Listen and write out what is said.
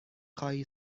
خواهی